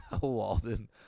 Walden